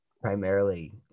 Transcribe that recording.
primarily